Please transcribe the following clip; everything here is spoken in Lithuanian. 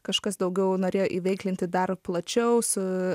kažkas daugiau norėjo iveiklinti dar plačiau su